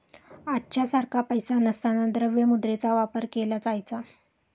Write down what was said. आजच्या सारखा पैसा नसताना द्रव्य मुद्रेचा वापर केला जायचा